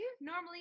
normally